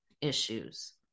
issues